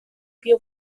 pío